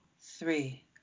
three